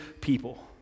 people